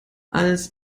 als